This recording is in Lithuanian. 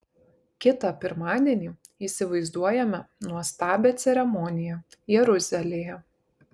kitą pirmadienį įsivaizduojame nuostabią ceremoniją jeruzalėje